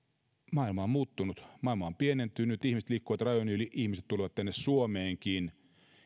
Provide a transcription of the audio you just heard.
maailma on muuttunut maailma on pienentynyt ihmiset liikkuvat rajojen yli ihmiset tulevat tänne suomeenkin